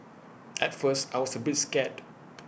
at first I was A bit scared